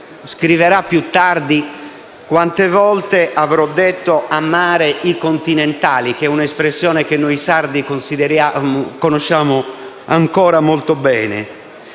scriverà più tardi: «Quante volte avrò detto "a mare i continentali"», che è a un'espressione che noi sardi conosciamo ancora molto bene